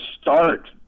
start